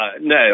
No